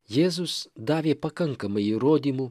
jėzus davė pakankamai įrodymų